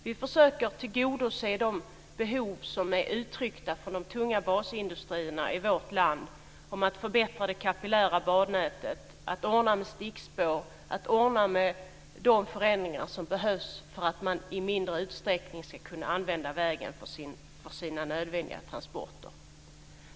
Vi försöker tillgodose de behov som uttryckts från de tunga basindustrierna i vårt land när det gäller att förbättra det kapillära bannätet, att ordna med stickspår och att ordna med de förändringar som behövs för att man i mindre utsträckning ska använda vägen för sina nödvändiga transporter.